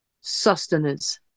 sustenance